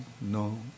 no